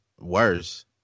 worse